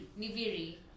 Niviri